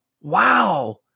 wow